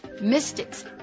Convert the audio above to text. mystics